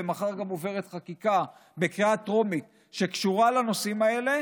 ומחר גם עוברת חקיקה בקריאה הטרומית שקשורה לנושאים האלה